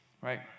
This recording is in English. right